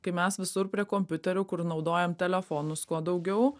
kai mes visur prie kompiuterių kur naudojam telefonus kuo daugiau